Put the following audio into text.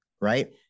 right